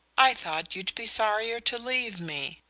i thought you'd be sorrier to leave me.